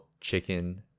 chicken